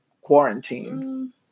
quarantine